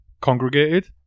congregated